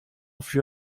fut